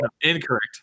Incorrect